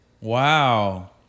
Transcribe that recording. wow